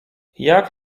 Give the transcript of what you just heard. jak